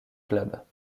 clubs